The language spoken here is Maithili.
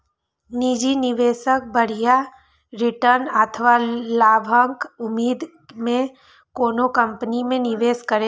निजी निवेशक बढ़िया रिटर्न अथवा लाभक उम्मीद मे कोनो कंपनी मे निवेश करै छै